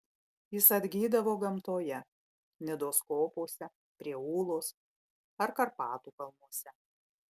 jis atgydavo gamtoje nidos kopose prie ūlos ar karpatų kalnuose